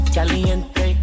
Caliente